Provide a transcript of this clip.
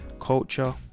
culture